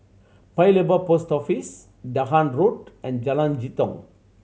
Paya Lebar Post Office Dahan Road and Jalan Jitong